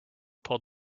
pulled